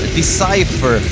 decipher